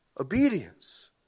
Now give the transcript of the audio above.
obedience